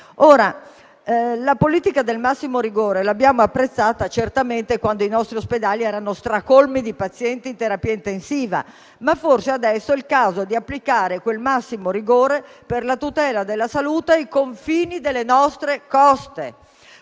La politica del massimo rigore l'abbiamo apprezzata certamente quando i nostri ospedali erano stracolmi di pazienti in terapia intensiva, ma forse adesso è il caso di applicare quel massimo rigore per la tutela della salute ai confini delle nostre coste.